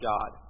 God